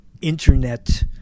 internet